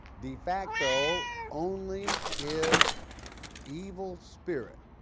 defacto only his evil spirit,